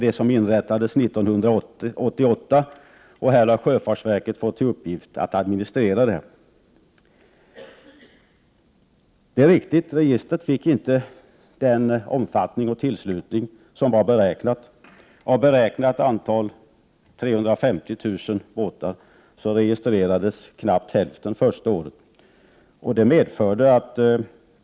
Det inrättades 1988. Sjöfartsverket har fått till uppgift att administrera det. Det är riktigt att registret inte fick den tillslutning som man beräknat. Av beräknat antal 350 000 båtar registrerades knappt hälften första året.